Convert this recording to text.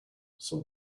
some